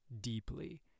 deeply